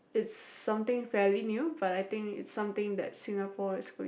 it's something fairly new but I think it's something that Singapore is going